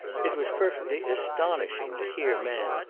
it was perfectly astonishing to hear men,